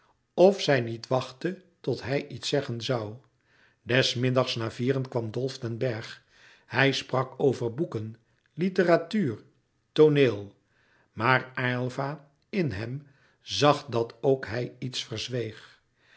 of zij niet wachtte tot hij iets zeggen zoû des middags na vieren kwam dolf den bergh hij sprak over boeken literatuur tooneel maar aylva in hem zag dat ook hij iets verzweeg